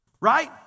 right